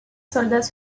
soldats